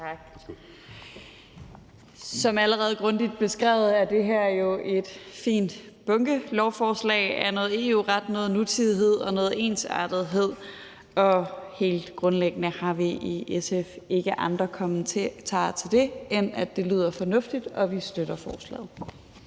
Som allerede grundigt beskrevet er det her jo et fint bunkelovforslag om noget EU-ret, noget nutidighed og noget ensartethed. Og helt grundlæggende har vi i SF ikke andre kommentarer til det, end at det lyder fornuftigt, og at vi støtter forslaget.